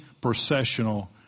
processional